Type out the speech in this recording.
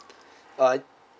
uh